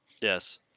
Yes